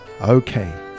Okay